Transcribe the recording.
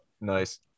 Nice